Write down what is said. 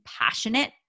passionate